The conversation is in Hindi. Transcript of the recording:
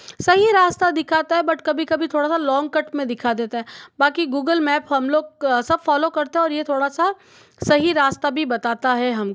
सही रास्ता दिखाता है बट कभी कभी थोड़ा सा लॉन्ग कट में दिखा देता है बाकी गूगल मैप हम लोग सब फॉलो करते हैं और यह थोड़ा सा सही रास्ता भी बताता है हम